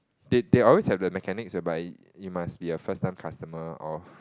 they they always have the mechanics whereby you must be a first time customer of